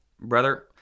brother